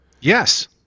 Yes